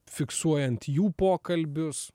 fiksuojant jų pokalbius